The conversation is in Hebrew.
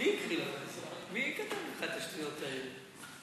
ההצעה להעביר את הנושא לוועדה